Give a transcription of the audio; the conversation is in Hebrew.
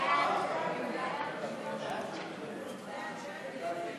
ההצעה להעביר את הצעת חוק הרשויות המקומיות (בחירות)